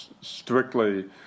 strictly